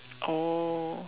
oh